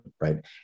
right